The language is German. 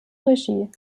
regie